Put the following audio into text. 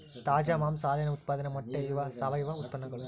ತಾಜಾ ಮಾಂಸಾ ಹಾಲಿನ ಉತ್ಪಾದನೆ ಮೊಟ್ಟೆ ಇವ ಸಾವಯುವ ಉತ್ಪನ್ನಗಳು